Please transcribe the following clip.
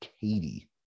Katie